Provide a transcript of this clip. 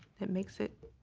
that makes it